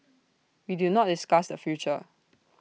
we do not discuss the future